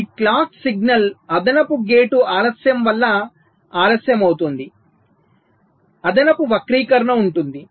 కాబట్టి ఈ clock signal అదనపు గేట్ ఆలస్యం వల్ల ఆలస్యం అవుతోంది కాబట్టి అదనపు వక్రీకరణ ఉంటుంది